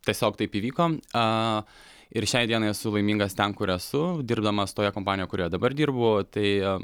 tiesiog taip įvyko a ir šiai dienai esu laimingas ten kur esu dirbdamas toje kompanijoje kurioje dabar dirbu tai